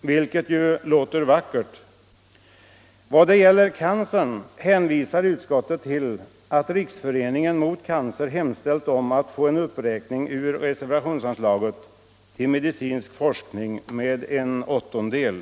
vilket ju låter vackert. Vad beträffar cancerforskningen hänvisar utskottet till att Riksföreningen mot cancer hemställt att bidraget till riksföreningen ur reservationsanslaget Medicinsk forskning uppräknas med en åttondel.